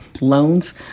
loans